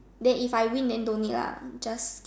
then if I win don't need lah just